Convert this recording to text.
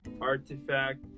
Artifact